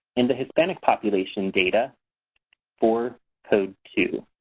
and the hispanic population data for code two.